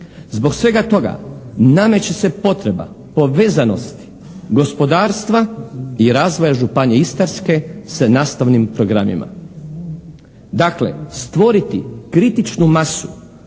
Zbog svega toga nameće se potreba povezanosti gospodarstva i razvoja županije Istarske sa nastavnim programima. Dakle, stvoriti kritičnu masu